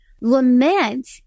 lament